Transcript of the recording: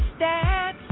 stats